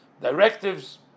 directives